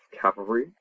cavalry